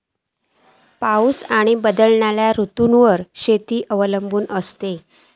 पाऊस आणि बदलणारो ऋतूंवर शेती अवलंबून असता